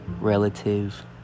relative